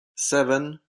seven